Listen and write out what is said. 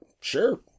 sure